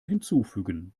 hinzufügen